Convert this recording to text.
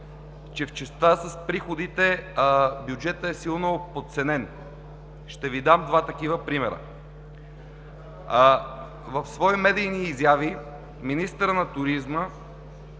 че в частта с приходите бюджетът е силно подценен. Ще Ви дам два такива примера. В свои медийни изяви министърът на туризма